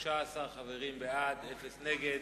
13 חברים בעד, אין נגד,